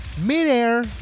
midair